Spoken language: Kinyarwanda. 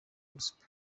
gospel